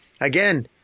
again